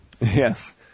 Yes